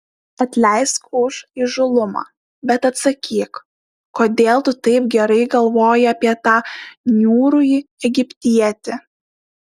atleisk už įžūlumą bet atsakyk kodėl tu taip gerai galvoji apie tą niūrųjį egiptietį